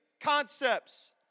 concepts